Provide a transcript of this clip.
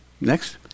Next